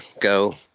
Go